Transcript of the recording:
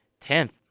Tenth